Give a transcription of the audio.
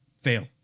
fail